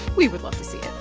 we would love to see it